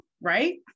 right